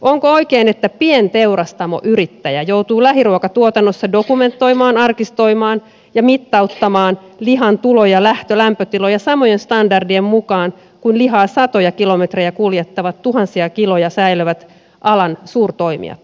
onko oikein että pienteurastamoyrittäjä joutuu lähiruokatuotannossa dokumentoimaan arkistoimaan ja mittauttamaan lihan tulo ja lähtölämpötiloja samojen standardien mukaan kuin lihaa satoja kilometrejä kuljettavat ja tuhansia kiloja säilövät alan suurtoimijat